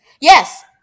Yes